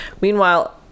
Meanwhile